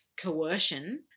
coercion